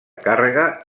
càrrega